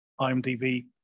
IMDb